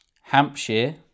Hampshire